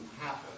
happen